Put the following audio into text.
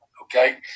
Okay